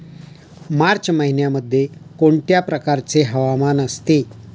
मार्च महिन्यामध्ये कोणत्या प्रकारचे हवामान असते?